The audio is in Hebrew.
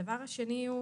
הדבר השני הוא